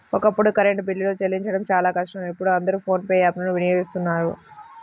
ఒకప్పుడు కరెంటు బిల్లులు చెల్లించడం చాలా కష్టం ఇప్పుడు అందరూ ఫోన్ పే యాప్ ను వినియోగిస్తున్నారు